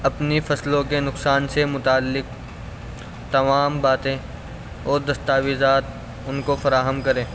اپنی فصلوں کے نقصان سے متعلق تمام باتیں اور دستاویزات ان کو فراہم کریں